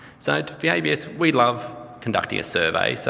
so at the abs, we love conducting a survey. so,